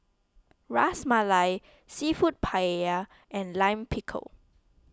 Ras Malai Seafood Paella and Lime Pickle